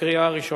בקריאה ראשונה.